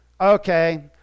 okay